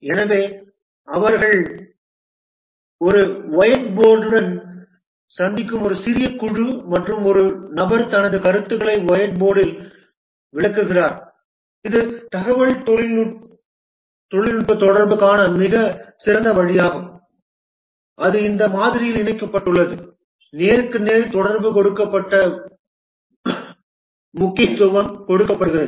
எனவே அவர்கள் ஒரு ஒயிட் போர்டுடன் சந்திக்கும் ஒரு சிறிய குழு மற்றும் ஒரு நபர் தனது கருத்துக்களை ஒயிட் போர்டில் விளக்குகிறார் இது தகவல்தொடர்புக்கான மிகச் சிறந்த வழியாகும் அது இந்த மாதிரியில் இணைக்கப்பட்டுள்ளது நேருக்கு நேர் தொடர்பு கொடுக்கப்பட்ட முக்கியத்துவம் கொடுக்கப்படுகிறது